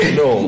no